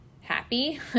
happy